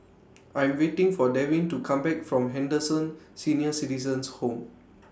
I'm waiting For Devyn to Come Back from Henderson Senior Citizens' Home